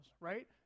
right